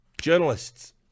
Journalists